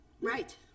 Right